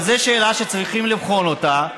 וזאת שאלה שצריכים לבחון אותה,